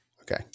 okay